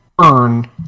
earn